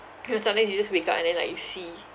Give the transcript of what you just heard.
sometimes you just wake up and then like you see